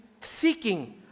seeking